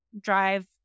drive